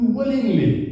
willingly